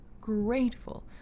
grateful